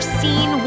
seen